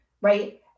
right